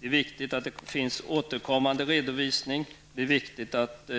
Det är viktigt att det finns återkommande redovisning och att